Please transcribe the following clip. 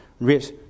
rich